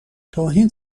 توهین